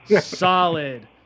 Solid